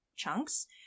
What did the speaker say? chunks